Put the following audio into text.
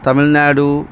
Tamil Nadu